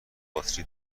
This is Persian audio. باتری